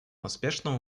успешного